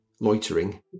Loitering